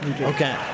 Okay